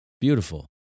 Beautiful